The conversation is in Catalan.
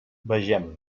vegem